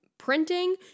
printing